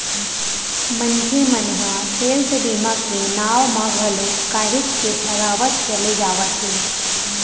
मनखे मन ह हेल्थ बीमा के नांव म घलो काहेच के ठगावत चले जावत हे